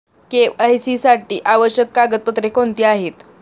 KYC साठी आवश्यक कागदपत्रे कोणती आहेत?